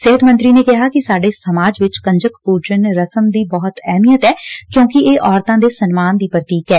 ਸਿਹਤ ਮੰਤਰੀ ਨੇ ਕਿਹਾ ਕਿ ਸਾਡੇ ਸਮਾਜ ਵਿਚ ਕੰਜਕ ਪੂਜਨ ਰਸਮ ਦੀ ਬਹੁਤ ਅਹਿਮੀਅਤ ਏ ਕਿਉਂਕਿ ਇਹ ਔਰਤਾਂ ਦੇ ਸਨਮਾਨ ਦੀ ਪ੍ਰਤੀਕ ਏ